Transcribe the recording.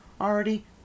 Already